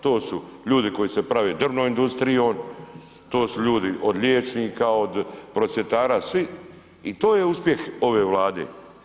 To su ljudi koji se prave drvnom industrijom, to su ljudi od liječnika od prosvjetara, svi i to je uspjeh ove Vlade.